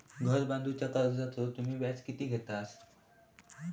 घर बांधूच्या कर्जाचो तुम्ही व्याज किती घेतास?